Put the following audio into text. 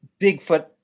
bigfoot